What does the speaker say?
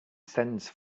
sends